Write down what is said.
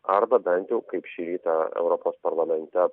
arba bent jau kaip šį rytą europos parlamente